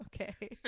Okay